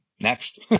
next